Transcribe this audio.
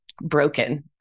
broken